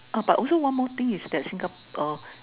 but also one more thing is that Singapore